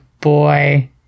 boy